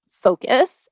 focus